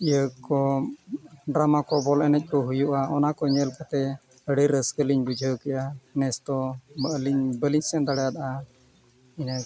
ᱤᱭᱟᱹ ᱠᱚ ᱰᱨᱟᱢᱟ ᱠᱚ ᱵᱚᱞ ᱮᱱᱮᱡ ᱠᱚ ᱦᱩᱭᱩᱜ ᱚᱱᱟ ᱠᱚ ᱧᱮᱞ ᱠᱟᱛᱮᱫ ᱟᱹᱰᱤ ᱨᱟᱹᱥᱠᱟᱹ ᱞᱤᱧ ᱵᱩᱡᱷᱟᱹᱣ ᱠᱮᱜᱼᱟ ᱱᱮᱥ ᱫᱚ ᱟᱹᱞᱤᱧ ᱵᱟᱹᱞᱤᱧ ᱥᱮᱱ ᱫᱟᱲᱮᱭᱟᱫᱟ ᱤᱱᱟᱹ